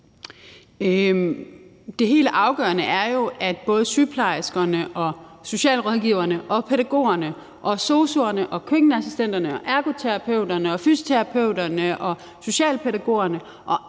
Det helt afgørende er jo, at både sygeplejerskerne, socialrådgiverne, pædagogerne, sosu'erne, køkkenassistenterne, ergoterapeuterne, fysioterapeuterne, socialpædagogerne